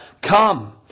Come